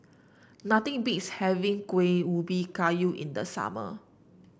nothing beats having Kueh Ubi Kayu in the summer